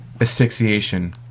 Asphyxiation